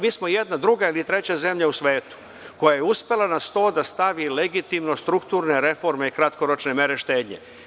Mi smo druga ili treća zemlja u svetu koja je uspela na sto da stavi legitimno, strukturne reforme kratkoročne mere štednje.